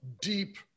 deep